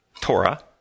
Torah